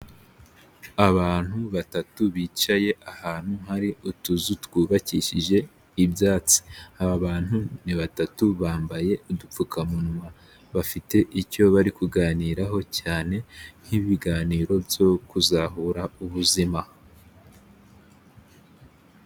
Abantu batatu bicaye ahantu hari utuzu twubakishije ibyatsi, aba bantu ni batatu bambaye udupfukamunwa, bafite icyo bari kuganiraho cyane nk'ibiganiro byo kuzahura ubuzima.